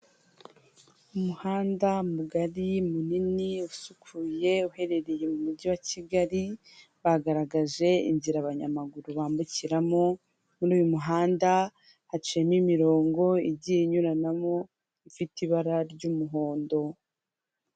Umuhanda, mugari, munini, usukuye, uherereye mu mujyi wa kigali bagaragaje inzira abanyamaguru bambukiramo, muri uyu muhanda hacimo imirongo igiye inyuranamo ifite ibara ry'umuhondo.